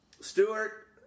Stewart